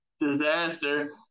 disaster